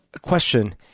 question